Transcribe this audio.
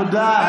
תודה.